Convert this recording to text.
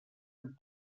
amb